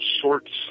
shorts